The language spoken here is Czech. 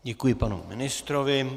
Děkuji panu ministrovi.